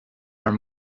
are